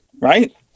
right